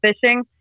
fishing